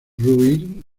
rubin